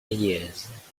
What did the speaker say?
years